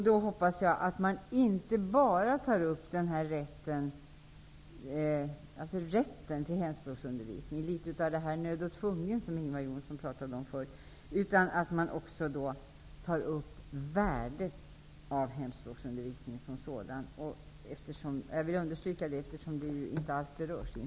Jag hoppas att man då inte bara tar upp rätten till hemspråksundervisning -- att man är nödd och tvungen, som Ingvar Johnsson talade om förut -- utan att man talar om värdet med hemspråksundervisningen som sådan.